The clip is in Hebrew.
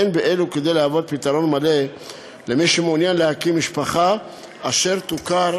אין באלו כדי להוות פתרון מלא למי שמעוניין להקים משפחה אשר תוכר